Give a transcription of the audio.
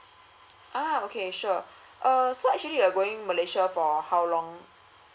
ah okay sure uh so actually you're going malaysia for how long